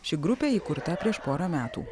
ši grupė įkurta prieš porą metų